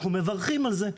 אנחנו מברכים על זה.